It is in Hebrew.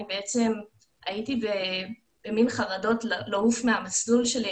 בעצם הייתי במן חרדות לעוף מהמסלול שלי,